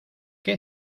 qué